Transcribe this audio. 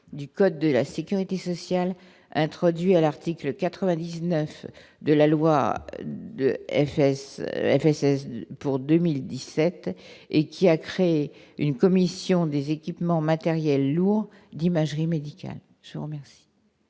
du code de la Sécurité sociale, introduire l'article 99 de la loi de frs FSS pour 2017 et qui a créé une commission des équipements matériels lourds d'imagerie médicale, je vous remercie.